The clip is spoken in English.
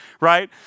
right